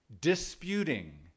disputing